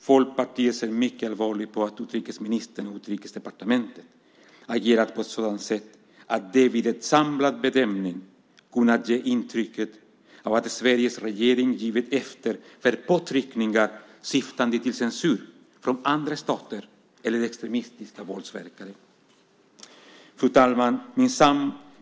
Folkpartiet ser mycket allvarligt på att utrikesministern och Utrikesdepartementet agerat på ett sådant sätt att det vid en samlad bedömning kunnat ge intrycket av att Sveriges regering givit efter för påtryckningar syftande till censur från andra stater eller extremistiska våldsverkare. Fru talman!